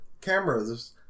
cameras